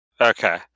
Okay